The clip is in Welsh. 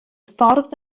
ffordd